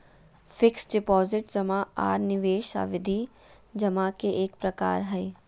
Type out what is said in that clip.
fixed deposit जमा आर निवेश सावधि जमा के एक प्रकार हय